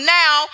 now